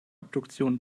obduktion